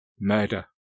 murder